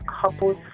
couples